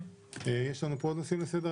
27 ביולי 2021. אני מתחיל בסעיף ג' שעל סדר היום